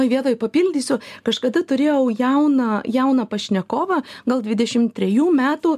vietoj papildysiu kažkada turėjau jauną jauną pašnekovą gal dvidešim trejų metų